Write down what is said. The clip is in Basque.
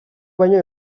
baino